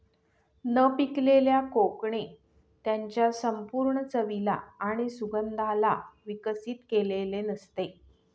न पिकलेल्या कोकणे त्याच्या संपूर्ण चवीला आणि सुगंधाला विकसित केलेले नसते